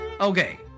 Okay